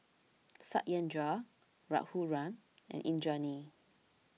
Satyendra Raghuram and Indranee